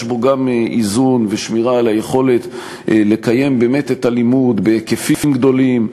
יש בו גם איזון ושמירה על היכולת לקיים באמת את הלימוד בהיקפים גדולים,